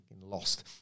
lost